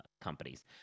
companies